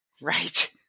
Right